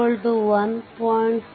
75 1